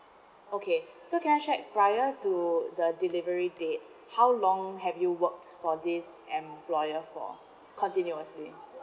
okay so can I check prior to the delivery date how long have you worked for this employer for continuously